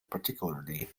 particularly